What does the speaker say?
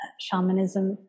shamanism